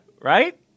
Right